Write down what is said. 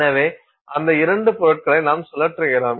எனவே அந்த இரண்டு பொருட்களை நாம் சுழற்றுகிறோம்